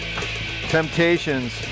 Temptations